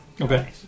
Okay